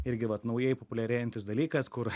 irgi vat naujai populiarėjantis dalykas kur